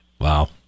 Wow